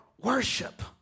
worship